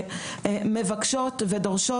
שמבקשות ודורשות.